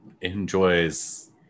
enjoys